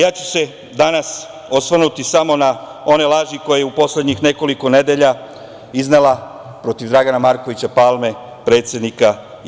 Ja ću se danas osvrnuti samo na one laži koje je u poslednjih nekoliko nedelja iznela protiv Dragana Markovića Palme, predsednika JS.